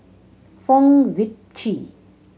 Fong Sip Chee